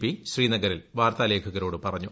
P ശ്രീനഗറിൽ വാർത്താലേഖകരോട് പറഞ്ഞു